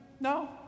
No